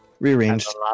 rearranged